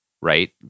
right